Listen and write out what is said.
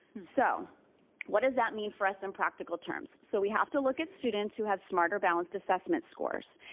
so what does that mean for us in practical terms? so we have to look at students who have smarter balanced assessment scores.